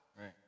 Right